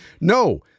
no